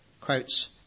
Quotes